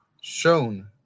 shown